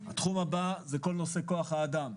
התחום הבא הוא כל נושא כוח האדם.